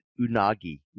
Unagi